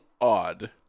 odd